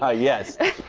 ah yes.